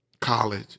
college